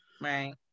Right